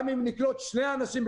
גם אם נקלוט שני אנשים,